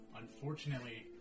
unfortunately